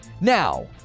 Now